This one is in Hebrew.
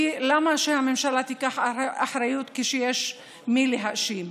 כי למה שהממשלה תיקח אחריות כשיש את מי להאשים?